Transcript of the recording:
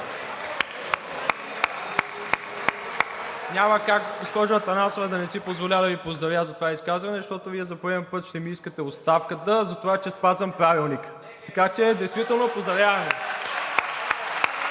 Няма как, госпожо Атанасова, да не си позволя да Ви поздравя за това изказване, защото Вие за пореден път ще ми искате оставката за това, че спазвам Правилника! Така че действително – поздравявам